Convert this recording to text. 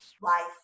life